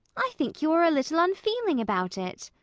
i think you are a little unfeeling about it.